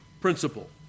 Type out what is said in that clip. principle